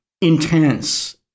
intense